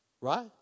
right